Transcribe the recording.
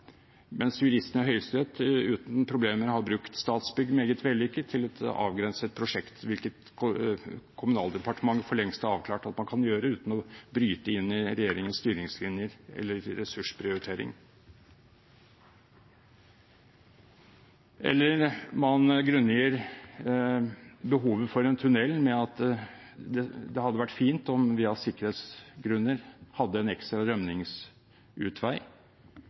mens juristene i Høyesterett uten problemer har brukt Statsbygg meget vellykket til å avgrense et prosjekt, hvilket Kommunal- og moderniseringsdepartementet for lengst har avklart at man kan gjøre uten å bryte inn i regjeringens styringslinjer eller ressursprioritering. Eller man grunngir behovet for en tunnel med at det hadde vært fint om vi av sikkerhetsgrunner hadde en ekstra